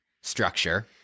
structure